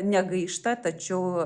negaišta tačiau